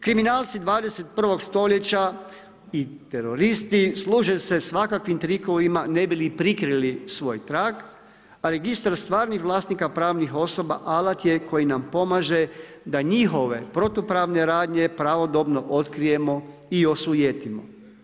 Kriminalci 21. stoljeća i teroristi služe se svakakvim trikovima ne bi li prikrili svoj trag, a registar stvarnih vlasnih pravnih osoba alat je koji nam pomaže da njihove protupravne radnje pravodobno otkrijemo i osujetimo.